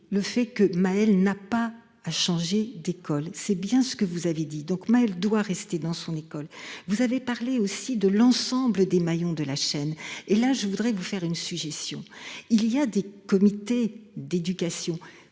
le fait que Maelle n'a pas à changer d'école, c'est bien ce que vous avez dit donc Maëlle doit rester dans son école. Vous avez parlé aussi de l'ensemble des maillons de la chaîne et là je voudrais vous faire une suggestion. Il y a des comités d'éducation